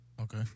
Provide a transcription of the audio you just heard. Okay